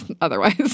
otherwise